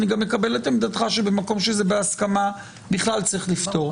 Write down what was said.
אני גם מקבל את עמדתך שבמקום שזה בהסכמה בכלל צריך לפטור.